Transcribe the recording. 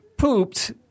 pooped